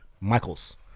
Michaels